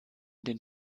den